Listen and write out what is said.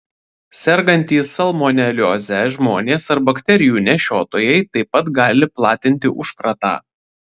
sergantys salmonelioze žmonės ar bakterijų nešiotojai taip pat gali platinti užkratą